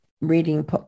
reading